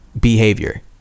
behavior